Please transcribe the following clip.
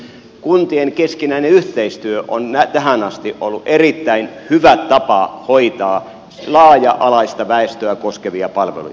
kuntien keskinäinen yhteistyö on tähän asti ollut erittäin hyvä tapa hoitaa laaja alaista väestöä koskevia palveluja